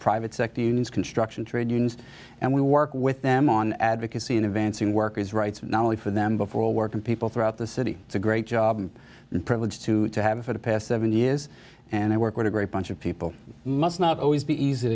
private sector unions construction trade unions and we work with them on advocacy in advancing workers rights not only for them before all working people throughout the city it's a great job i'm privileged to to have it for the past seven years and i work with a great bunch of people must not always be easy